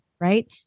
right